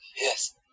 Yes